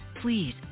please